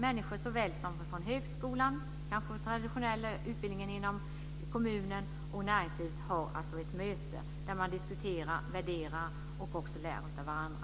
Människor från högskolan och kanske från den traditionella utbildningen inom kommunen och från näringslivet möts. Man diskuterar, värderar och lär av varandra.